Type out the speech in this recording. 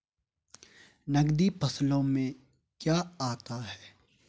नकदी फसलों में क्या आता है?